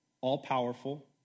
all-powerful